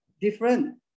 different